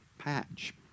Patch